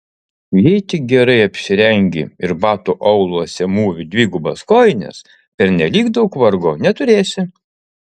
jei tik gerai apsirengi ir batų auluose mūvi dvigubas kojines pernelyg daug vargo neturėsi